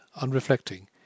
unreflecting